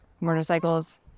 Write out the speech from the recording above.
motorcycles